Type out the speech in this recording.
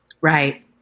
Right